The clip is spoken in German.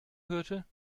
hörte